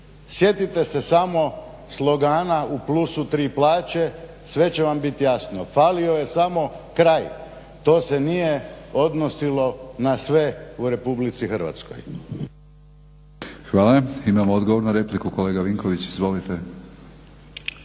sjetite se samo slogana u plusu tri plaće sve će vam biti jasno. Falio je samo kraj to se nije odnosilo na sve u RH. **Batinić, Milorad (HNS)** Hvala. Imamo odgovor na repliku, kolega Vinković izvolite.